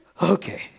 Okay